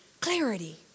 Clarity